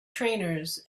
trainers